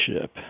ship